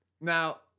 Now